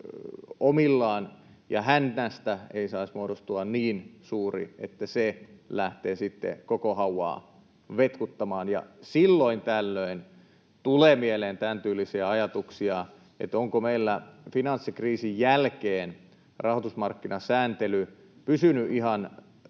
omillaan ja hännästä ei saisi muodostua niin suuri, että se lähtee sitten koko hauvaa vetkuttamaan. Silloin tällöin tulee mieleen tämäntyylisiä ajatuksia, että onko meillä finanssikriisin jälkeen rahoitusmarkkinasääntely pysynyt ihan